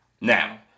now